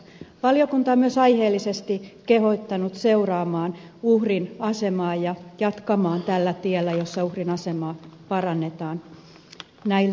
valiokunta on myös aiheellisesti kehottanut seuraamaan uhrin asemaa ja jatkamaan tällä tiellä jolla uhrin asemaa parannetaan näiltäkin osin